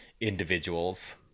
individuals